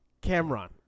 Cameron